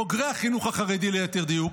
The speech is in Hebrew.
בוגרי החינוך החרדי, ליתר דיוק,